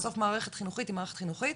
בסוף מערכת חינוכית היא מערכת חינוכית.